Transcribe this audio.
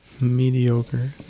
Mediocre